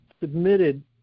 submitted